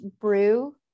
Brew